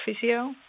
physio